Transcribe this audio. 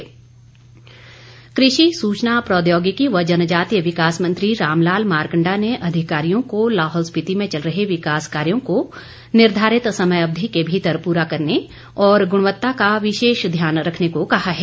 मारकण्डा कृषि सूचना प्रौद्योगिकी व जनजातीय विकास मंत्री रामलाल मारकण्डा ने अधिकारियों को लाहौल स्पिति में चल रहे विकास कार्यो को निर्धारित समयावधि के भीतर पूरा करने और गृणवत्ता का विशेष ध्यान रखने को कहा है